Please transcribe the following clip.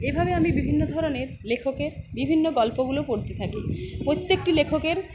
এভাবে আমি বিভিন্ন ধরনের লেখকের বিভিন্ন গল্পগুলো পড়তে থাকি প্রত্যেকটি লেখকের